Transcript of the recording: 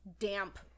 damp